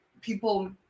people